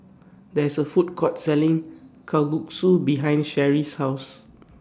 There IS A Food Court Selling Kalguksu behind Sherrie's House